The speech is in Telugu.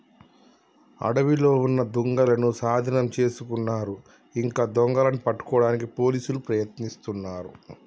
అడవిలో ఉన్న దుంగలనూ సాధీనం చేసుకున్నారు ఇంకా దొంగలని పట్టుకోడానికి పోలీసులు ప్రయత్నిస్తున్నారు